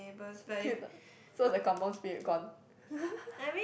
kill the so the kampung Spirit gone